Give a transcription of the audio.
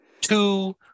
two